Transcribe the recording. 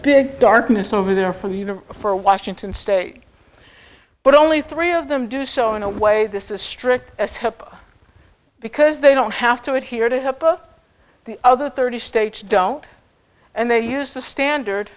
big darkness over there for you know for washington state but only three of them do so in a way this district us hope because they don't have to adhere to help of the other thirty states don't and they use the standard